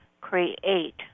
create